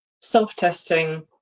self-testing